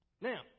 Now